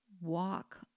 walk